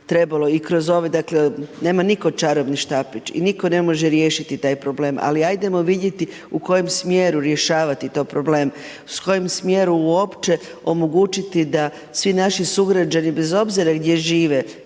i kroz ove, dakle nema nitko čarobni štapić i nitko ne može riješiti taj problem, ali ajdemo vidjeti u kojem smjeru rješavati taj problem, s kojim smjerom omogućiti da svi naši sugrađani, bez obzira gdje žive,